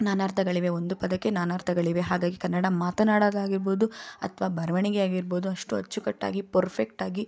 ನಾನಾರ್ಥಗಳಿವೆ ಒಂದು ಪದಕ್ಕೆ ನಾನಾರ್ಥಗಳಿವೆ ಹಾಗಾಗಿ ಕನ್ನಡ ಮಾತನಾಡೋದಾಗಿರ್ಬೋದು ಅಥವಾ ಬರವಣಿಗೆ ಆಗಿರ್ಬೋದು ಅಷ್ಟು ಅಚ್ಚುಕಟ್ಟಾಗಿ ಪರ್ಫೆಕ್ಟಾಗಿ